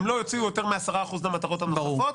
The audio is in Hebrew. הם לא הוציאו יותר מ-10% למטרות הנוספות.